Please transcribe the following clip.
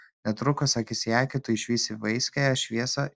netrukus akis į akį tu išvysi vaiskiąją šviesą